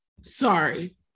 sorry